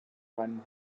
meinem